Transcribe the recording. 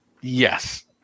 Yes